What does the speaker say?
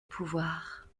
pouvoir